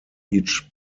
each